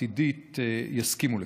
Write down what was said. העתידית יסכימו לכך.